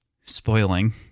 spoiling